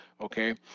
okay